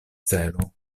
celo